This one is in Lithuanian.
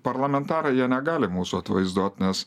parlamentarai jie negali mūsų atvaizduot nes